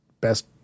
best